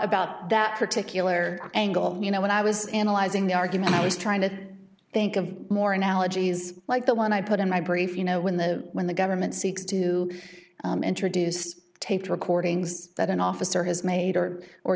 about that particular angle you know when i was analyzing the argument i was trying to think of more analogies like the one i put in my brief you know when the when the government seeks to introduce taped recordings that an officer has made or or